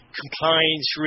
compliance